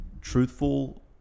truthful